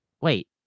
wait